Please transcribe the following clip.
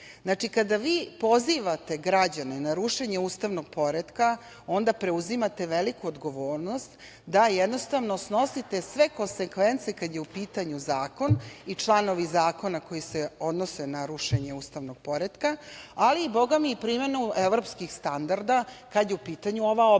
kada vi pozivate građane na rušenje ustavnog poretka, onda preuzimate veliku odgovornost da snosite sve konsekvence kada je u pitanju zakon i članovi zakona koji se odnose na rušenje ustavnog poretka, ali bogami i primenu evropskih standarda kada je u pitanju ova oblast.